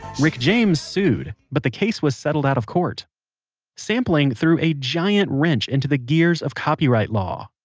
rick james sued, but the case was settled out of court sampling threw a giant wrench into the gears of copyright law.